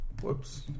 whoops